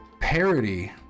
parody